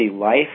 life